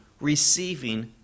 receiving